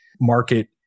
market